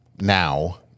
now